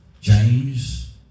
James